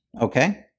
okay